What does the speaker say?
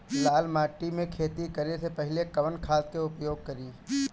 लाल माटी में खेती करे से पहिले कवन खाद के उपयोग करीं?